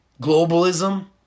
globalism